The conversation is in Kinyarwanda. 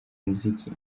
muziki